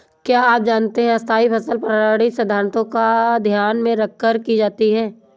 क्या आप जानते है स्थायी फसल पर्यावरणीय सिद्धान्तों को ध्यान में रखकर की जाती है?